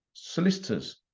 solicitors